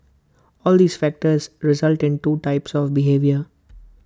all these factors result in two types of behaviour